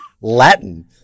Latin